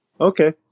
Okay